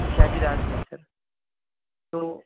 شادی رات میں ہے سر تو